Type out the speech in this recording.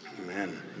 amen